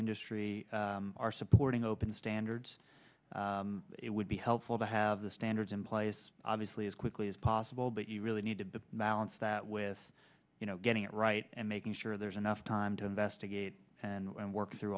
industry are supporting open standards it would be helpful to have the standards in place obviously as quickly as possible but you really need to balance that with you know getting it right and making sure there's enough time to investigate and work through